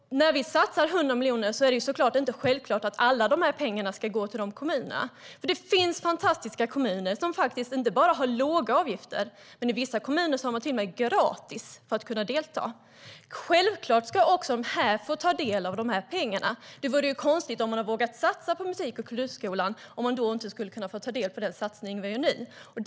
När vi satsar 100 miljoner är det inte självklart att alla de pengarna ska gå till de kommunerna. Det finns fantastiska kommuner som inte bara har låga avgifter, utan i vissa kommuner är det till och med gratis att kunna delta. Självklart ska även de få ta del av dessa pengar. Om man har vågat satsa på musik och kulturskolan vore det konstigt om man sedan inte får ta del av den satsning som vi gör nu.